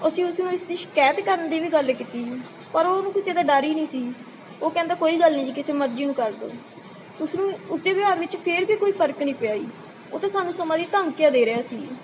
ਅਸੀਂ ਉਸ ਨੂੰ ਇਸ ਦੀ ਸ਼ਿਕਾਇਤ ਕਰਨ ਦੀ ਵੀ ਗੱਲ ਕੀਤੀ ਜੀ ਪਰ ਉਹਨੂੰ ਕਿਸੇ ਦਾ ਡਰ ਹੀ ਨਹੀਂ ਸੀ ਉਹ ਕਹਿੰਦਾ ਕੋਈ ਗੱਲ ਨਹੀਂ ਜੀ ਕਿਸੇ ਮਰਜ਼ੀ ਨੂੰ ਕਰ ਦਿਓ ਉਸ ਨੂੰ ਉਸ ਦੇ ਵਿਵਹਾਰ ਵਿੱਚ ਫਿਰ ਵੀ ਕੋਈ ਫਰਕ ਨਹੀਂ ਪਿਆ ਜੀ ਉਹ ਤਾਂ ਸਾਨੂੰ ਸਮਾ ਲਈ ਧਮਕੀਆਂ ਦੇ ਰਿਹਾ ਸੀ ਜੀ